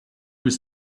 was